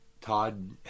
Todd